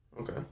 Okay